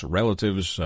relatives